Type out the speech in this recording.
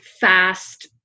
fast